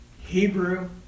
Hebrew